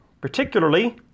particularly